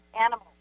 animals